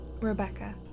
Rebecca